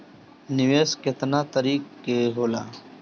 निवेस केतना तरीका के होला?